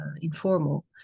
informal